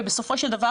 ובסופו של דבר,